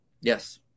Yes